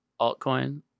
altcoin